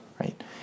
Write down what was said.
Right